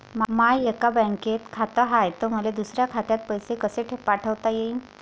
माय एका बँकेत खात हाय, त मले दुसऱ्या खात्यात पैसे कसे पाठवता येईन?